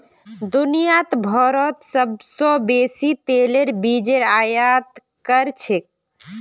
दुनियात भारतत सोबसे बेसी तेलेर बीजेर आयत कर छेक